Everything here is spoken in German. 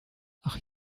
ach